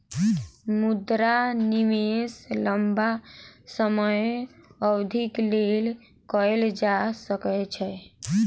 मुद्रा निवेश लम्बा समय अवधिक लेल कएल जा सकै छै